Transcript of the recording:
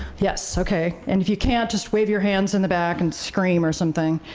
yes, okay, and if you can't just wave your hands in the back and scream or something.